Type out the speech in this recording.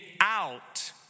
out